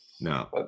no